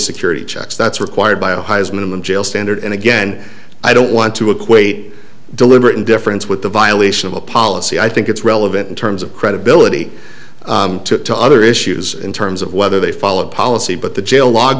security checks that's required by ohio's minimum jail standard and again i don't want to equate deliberate indifference with the violation of a policy i think it's relevant in terms of credibility to other issues in terms of whether they follow the policy but the jail log